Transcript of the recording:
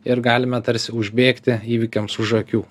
ir galime tarsi užbėgti įvykiams už akių